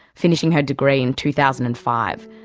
finishing her degree in two thousand and five,